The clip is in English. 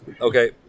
Okay